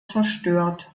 zerstört